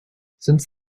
since